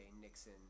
Nixon